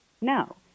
No